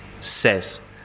says